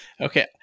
Okay